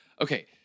Okay